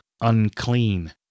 unclean